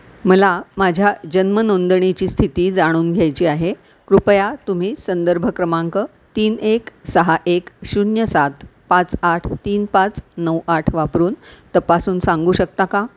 मला माझ्या जन्म नोंदणीची स्थिती जाणून घ्यायची आहे कृपया तुम्ही संदर्भ क्रमांक तीन एक सहा एक शून्य सात पाच आठ तीन पाच नऊ आठ वापरून तपासून सांगू शकता का